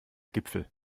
gipfel